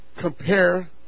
Compare